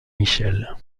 michel